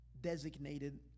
designated